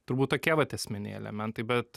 turbūt tokie vat esminiai elementai bet